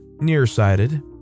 nearsighted